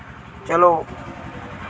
चलो